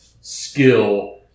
skill